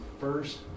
first